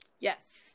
Yes